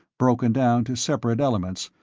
broken down to separate elements,